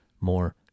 more